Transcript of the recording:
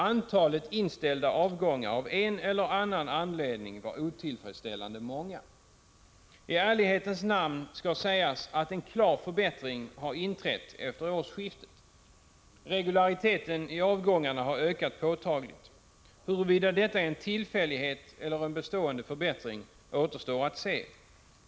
Antalet inställda avgångar — av en eller annan anledning — var otillfredsställande stort. I ärlighetens namn skall sägas att en klar förbättring har inträtt efter årsskiftet. Regulariteten i avgångarna har ökat påtagligt. Huruvida detta är en tillfällighet eller en bestående förbättring återstår att se.